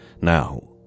Now